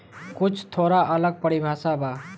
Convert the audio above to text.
कुछ थोड़ा अलग परिभाषा बा